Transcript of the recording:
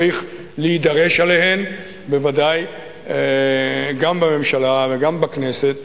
צריך להידרש אליהן בוודאי גם בממשלה וגם בכנסת.